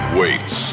waits